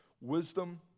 Wisdom